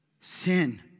Sin